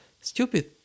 stupid